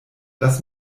das